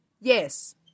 Yes